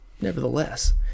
nevertheless